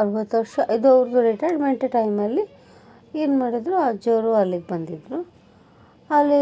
ಅರ್ವತ್ತು ವರ್ಷ ಇದು ಅವ್ರದ್ದು ರಿಟೈರ್ಡ್ಮೆಂಟ್ ಟೈಮಲ್ಲಿ ಏನು ಮಾಡಿದ್ರು ಅಜ್ಜೋರು ಅಲ್ಲಿಗೆ ಬಂದಿದ್ದರು ಅಲ್ಲಿ